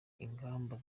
ingamba